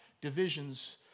divisions